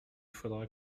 faudra